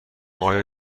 آیا